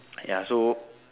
ya so